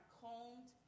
combed